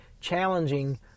challenging